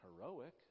heroic